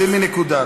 שימי נקודה.